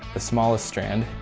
smallest strand.